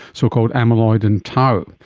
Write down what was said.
so-called amyloid and tau.